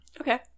Okay